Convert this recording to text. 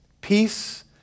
Peace